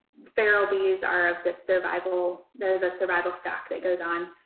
feral bees are of the survival. there's a survival stock that goes on.